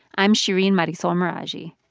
i'm shereen marisol meraji.